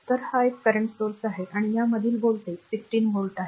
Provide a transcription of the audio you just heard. तर हा एक current स्त्रोत आहे आणि यामधील व्होल्टेज 16 volt आहे